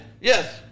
Yes